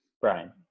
Brian